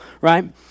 right